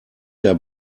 der